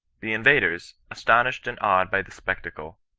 the invaders, astonished and awed by the spectacle,